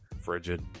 frigid